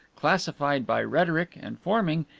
classified by rhetoric, and forming,